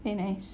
very nice